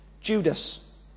Judas